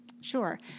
Sure